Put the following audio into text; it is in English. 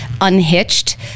unhitched